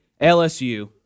LSU